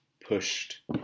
pushed